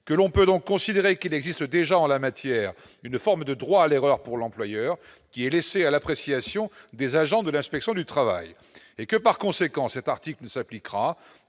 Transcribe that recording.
que l'on peut donc considérer qu'il existe déjà en la matière, une forme de droit à l'erreur pour l'employeur qui est laissée à l'appréciation des agents de l'inspection du travail et que par conséquent, cet article ne s'appliquera